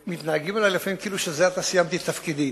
מתנהגים אלי לפעמים כאילו זה עתה סיימתי את תפקידי.